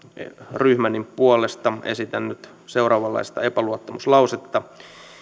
ryhmäni puolesta esitän nyt seuraavanlaista epäluottamuslausetta